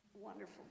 wonderful